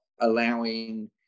allowing